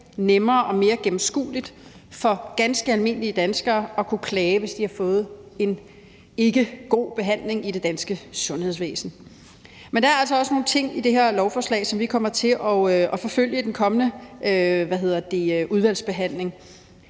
nemmere og mere gennemskueligt for ganske almindelige danskere at kunne klage, hvis de ikke har fået en god behandling i det danske sundhedsvæsen. Men der altså også nogle ting i det her lovforslag, som vi kommer til at forfølge i den kommende udvalgsbehandling.